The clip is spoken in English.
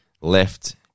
left